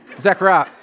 Zechariah